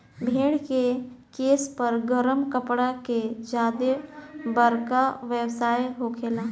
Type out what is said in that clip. भेड़ के केश पर गरम कपड़ा के ज्यादे बरका व्यवसाय होखेला